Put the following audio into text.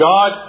God